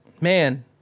man